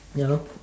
ya lor